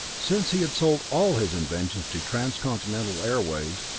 since he had sold all his inventions to transcontinental airways,